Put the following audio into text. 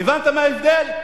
הבנת מה ההבדל?